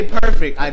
perfect